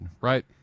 right